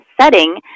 setting